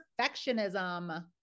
perfectionism